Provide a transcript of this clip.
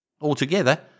Altogether